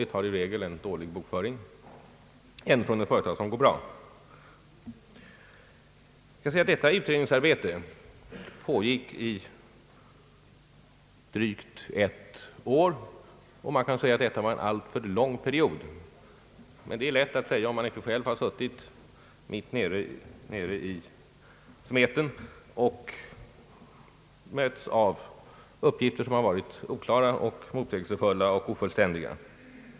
Ett företag som går dåligt har i regel en dålig bokföring. Utredningsarbetet pågick i drygt ett år, och man kan säga att det var en alltför lång period, men det är lätt att säga, om man inte själv suttit » djupt nere i smeten» och mötts av uppgifter som har varit oklara, motsägelsefulla och ofullständiga.